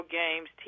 games